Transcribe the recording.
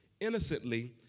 innocently